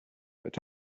but